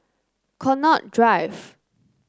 Connaught Drive